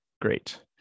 great